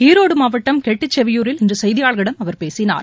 ஈரோடுமாவட்டம் கெட்டிச்செவியூரில் இன்றுசெய்தியாளர்களிடம் அவர் பேசினார்